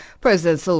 President